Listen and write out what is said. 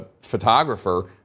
photographer